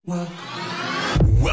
Welcome